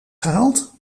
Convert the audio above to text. gehaald